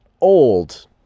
old